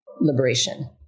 liberation